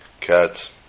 cats